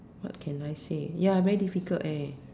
what can I say ya very difficult leh